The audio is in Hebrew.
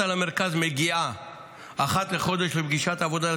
על המרכז מגיעה אחת לחודש לפגישת עבודה,